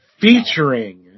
Featuring